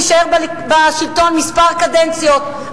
נישאר בשלטון כמה קדנציות,